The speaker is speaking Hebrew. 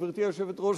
גברתי היושבת-ראש,